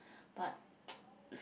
but